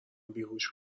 بیهوش